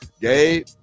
gabe